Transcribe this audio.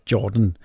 Jordan